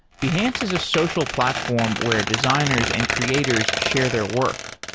behance is a social platform where designers and creators share their work.